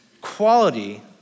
quality